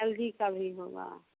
L G का भी होगा